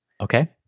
Okay